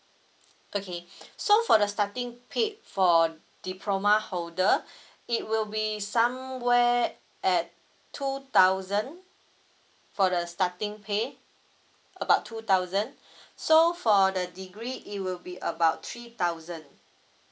okay so for the starting pay for diploma holder it will be somewhere at two thousand for the starting pay about two thousand so for the degree it will be about three thousand